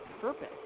purpose